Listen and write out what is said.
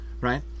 right